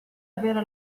avere